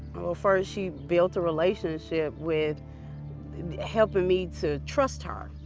first, she built a relationship with helping me to trust her.